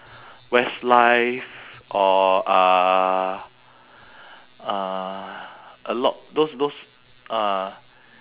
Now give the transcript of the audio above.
westlife or uh uh a lot those those uh